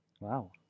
Wow